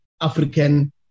African